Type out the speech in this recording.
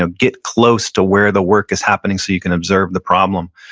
ah get close to where the work is happening so you can observe the problem.